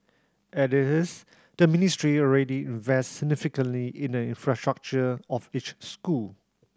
as it is the Ministry already invests significantly in the infrastructure of each school